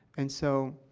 and so,